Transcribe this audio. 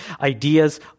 Ideas